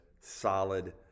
solid